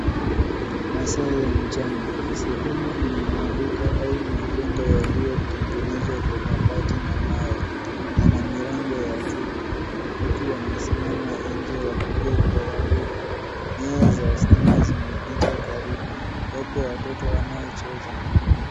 Masaa ya mchana. Sehemu ina duka au majengo yaliyotengenezwa kwa mabati na mawe. Yana milango ya chuma. Watu wamesimama nje, wakubwa kwa wadogo. Nyaya za stima zimepita karibu. Wapo watoto wanaocheza.